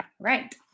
Right